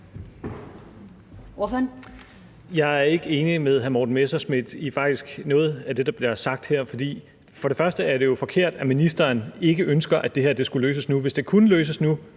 Jeg er ikke enig med hr. Morten Messerschmidt – faktisk ikke i noget af det, der bliver sagt her. For det første er det jo forkert, at ministeren ikke ønsker, at det her skulle løses nu; hvis det kunne løses nu,